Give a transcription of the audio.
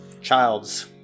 Childs